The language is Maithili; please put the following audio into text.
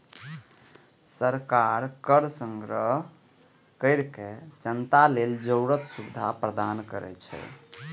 सरकार कर संग्रह कैर के जनता लेल जरूरी सुविधा प्रदान करै छै